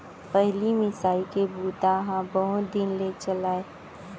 पहिली मिसाई के बूता ह बहुत दिन ले चलय